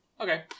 Okay